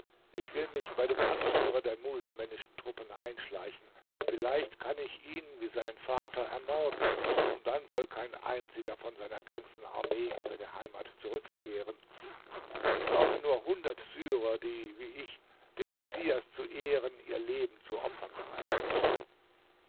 ich will mich bei dem anführer der muselmännischen truppen einschleichen vielleicht kann ich ihn wie seinen vater ermorden und dann soll kein einziger von seiner ganzen armee in seine heimat zurückkehren ich brauche nur hundert syrer die wie ich dem messias zu ehren ihr leben zu opfern bereit sind